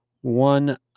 One